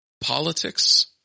politics